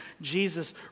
Jesus